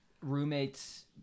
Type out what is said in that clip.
Roommate's